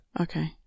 okay